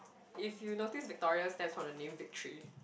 if you notice Victoria stands for the name victory